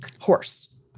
Horse